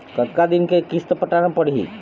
कतका दिन के किस्त पटाना पड़ही?